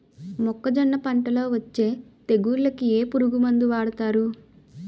మొక్కజొన్నలు పంట లొ వచ్చే తెగులకి ఏ పురుగు మందు వాడతారు?